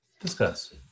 Discuss